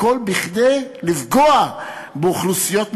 הכול כדי לפגוע באוכלוסיות מסוימות.